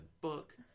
book